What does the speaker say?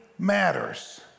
Matters